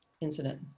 incident